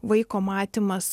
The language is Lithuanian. vaiko matymas